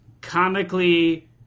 comically